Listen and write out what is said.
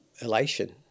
elation